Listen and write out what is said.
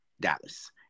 Dallas